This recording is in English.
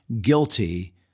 guilty